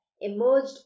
emerged